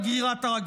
על גרירת הרגליים.